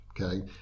okay